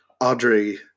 Audrey